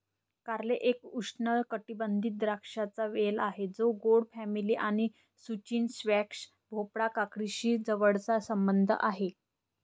कारले एक उष्णकटिबंधीय द्राक्षांचा वेल आहे जो गोड फॅमिली आणि झुचिनी, स्क्वॅश, भोपळा, काकडीशी जवळचा संबंध आहे